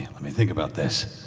let me think about this.